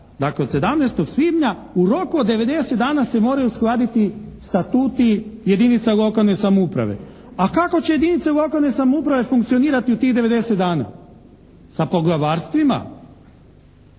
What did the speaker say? dakle od 17. svibnja u roku od 90 dana se moraju uskladiti statuti jedinica lokalne samouprave, a kako će jedinice lokalne samouprave funkcionirati u tih 90 dana. Sa poglavarstvima?